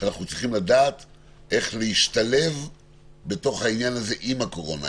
שאנחנו צריכים לדעת איך להשתלב בתוך העניין הזה עם הקורונה,